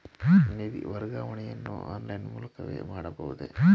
ನಿಧಿ ವರ್ಗಾವಣೆಯನ್ನು ಆನ್ಲೈನ್ ಮೂಲಕವೇ ಮಾಡಬಹುದೇ?